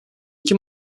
iki